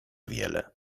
wiele